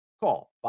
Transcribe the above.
Call